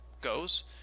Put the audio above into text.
goes